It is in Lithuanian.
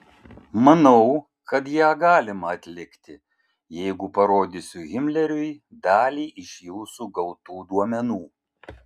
manau kad ją galima atlikti jeigu parodysiu himleriui dalį iš jūsų gautų duomenų